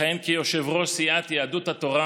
לכהן כיושב-ראש סיעת יהדות התורה